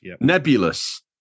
Nebulous